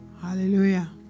hallelujah